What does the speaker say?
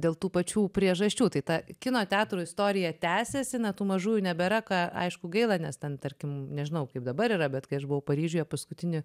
dėl tų pačių priežasčių tai ta kino teatrų istorija tęsiasi na tų mažųjų nebėra ką aišku gaila nes ten tarkim nežinau kaip dabar yra bet kai aš buvau paryžiuje paskutinį